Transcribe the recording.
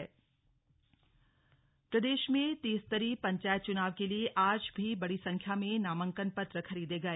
त्रिस्तरीय पंचायत चुनाव प्रदेश में त्रिस्तरीय पंचायत चुनाव के लिए आज भी बड़ी संख्या में नामांकन पत्र खरीदे गए